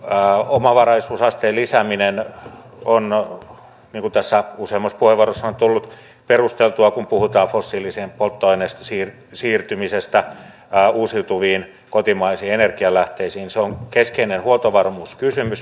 omavaraisuusasteen lisääminen on niin kuin tässä useammassa puheenvuorossa on tullut perusteltua kun puhutaan fossiilisista polttoaineista siirtymisestä uusiutuviin kotimaisiin energianlähteisiin keskeinen huoltovarmuuskysymys